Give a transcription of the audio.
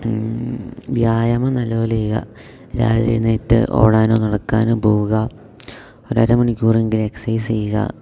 വ്യായാമം നല്ലപോലെ ചെയ്യുക രാവിലെ എഴുന്നേറ്റ് ഓടാനോ നടക്കാനോ പോവുക ഒരു അര മണിക്കൂറെങ്കിലും എക്സസൈസ് ചെയ്യുക